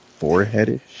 foreheadish